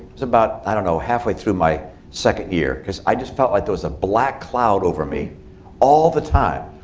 was about, i don't know, halfway through my second year. because i just felt like there was a black cloud over me all the time,